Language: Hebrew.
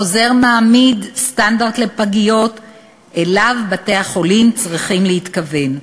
החוזר מעמיד סטנדרט לפגיות שאליו בתי-החולים צריכים להתכוון.